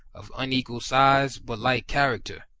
of unequal size but like character.